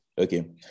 Okay